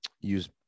use